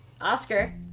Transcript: Oscar